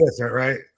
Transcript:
right